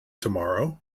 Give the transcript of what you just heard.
tomorrow